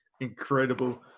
incredible